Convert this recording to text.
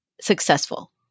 successful